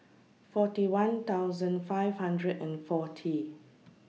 forty one five hundred and forty